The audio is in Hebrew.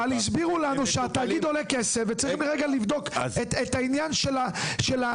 אבל הסבירו לנו שהתאגיד עולה כסף וצריך לבדוק את עניין העלות.